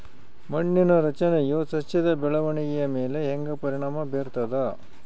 ಮಣ್ಣಿನ ರಚನೆಯು ಸಸ್ಯದ ಬೆಳವಣಿಗೆಯ ಮೇಲೆ ಹೆಂಗ ಪರಿಣಾಮ ಬೇರ್ತದ?